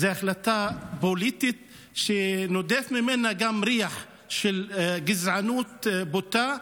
זה החלטה פוליטית שנודף ממנה גם ריח של גזענות בוטה,